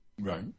Right